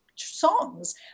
songs